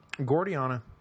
Gordiana